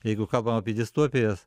jeigu kalbam apie distopijas